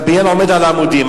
והבניין עומד על עמודים?